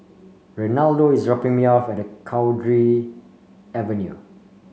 Reinaldo is dropping me off at Cowdray Avenue